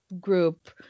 group